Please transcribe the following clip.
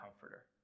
comforter